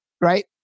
right